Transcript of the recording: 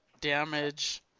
Damage